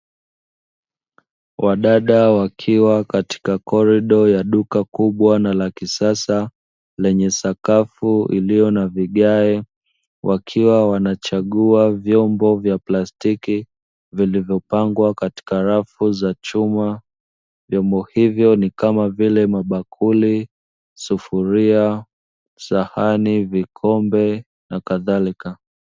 Wadada wakiwa katika korido ya duka kubwa na la kisasa lenye sakafu iliyo na vigae wakiwa wanachagua vyombo vya plastiki vilivyopangwa katika rafu za chuma, vyombo hivyo ni kama vile; mabakuli, sufuria, sahani, vikombe na kadhalika.